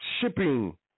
shipping